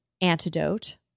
antidote